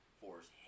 force